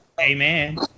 Amen